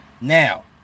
now